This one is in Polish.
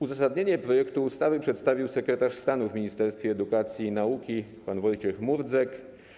Uzasadnienie projektu ustawy przedstawił sekretarz stanu w Ministerstwie Edukacji i Nauki pan Wojciech Murdzek.